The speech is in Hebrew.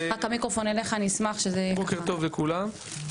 בוקר טוב לכולם.